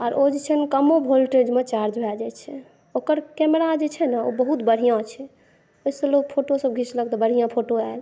आर ओ जे छै कमो वोल्टेजमे चार्ज भए जाइ छै ओकर कैमरा जे छै ने ओ बहुत बढ़िआँ छै ओहिसॅं लोक फोटोसभ घीचलक तऽ बढ़िआँ बढ़िआँ फ़ोटो आयल